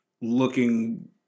looking